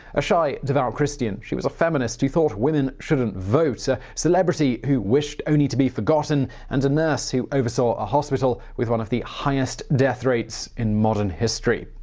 a shy, devout christian, she was a feminist who thought women shouldn't vote a celebrity who wished only to be forgotten and a nurse who oversaw a hospital with one of the highest death rates in modern history.